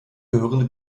gehörende